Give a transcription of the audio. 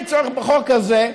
אין צורך בחוק הזה,